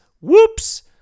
whoops